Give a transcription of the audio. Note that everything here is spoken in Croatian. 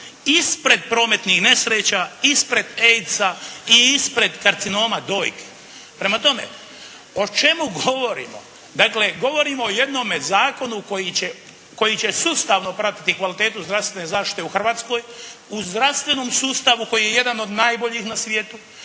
Ispred prometnih nesreća. Ispred AIDS-a i ispred karcinoma dojke. Prema tome o čemu govorimo? Dakle govorimo o jednome zakonu koji će sustavno pratiti kvalitetu zdravstvene zaštite u Hrvatskoj u zdravstvenom sustavu koji je jedan od najboljih na svijetu.